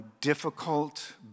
difficult